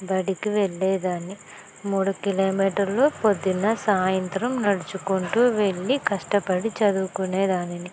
బడికి వెళ్ళేదాన్ని మూడు కిలోమీటర్లు పొద్దున్న సాయంత్రం నడుచుకుంటు వెళ్ళి కష్టపడి చదువుకునే దానిని